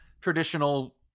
traditional